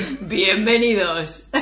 Bienvenidos